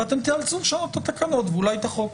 ואתם תיאלצו לשנות את התקנות ואולי את החוק.